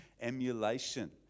Emulation